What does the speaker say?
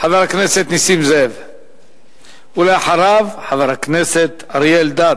חבר הכנסת נסים זאב, ואחריו, חבר הכנסת אריה אלדד.